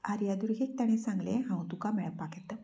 आर्यादुर्गेक ताणें सांगलें हांव तुका मेळपाक येतां